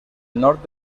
nord